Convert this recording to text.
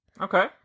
Okay